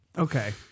Okay